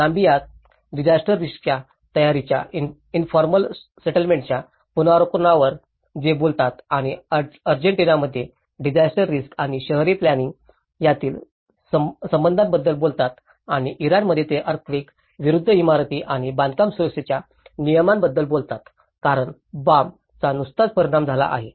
Namibia त disaster रिस्कच्या तयारीच्या इनफॉर्मल सेटलमेंटच्या पुनरावलोकनावर ते बोलतात आणि अर्जेंटिनामध्ये डिजास्टर रिस्क आणि शहरी प्लॅनिंइंग यांच्यातील संबंधांबद्दल बोलतात आणि इराणमध्ये ते अर्थक्वेक विरूद्ध इमारत आणि बांधकाम सुरक्षेच्या नियमांबद्दल बोलतात कारण बामचा नुकताच परिणाम झाला आहे